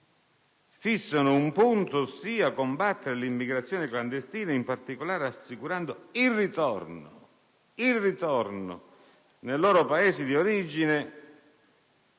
fissa un punto, ossia combattere l'immigrazione clandestina, in particolare assicurando il ritorno nel loro Paese di origine